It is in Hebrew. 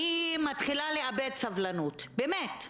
אני מתחילה לאבד סבלנות, באמת,